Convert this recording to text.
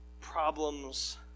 problems